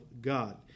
God